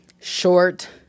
short